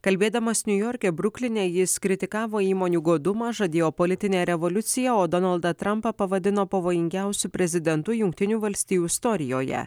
kalbėdamas niujorke brukline jis kritikavo įmonių godumą žadėjo politinę revoliuciją o donaldą trampą pavadino pavojingiausiu prezidentu jungtinių valstijų istorijoje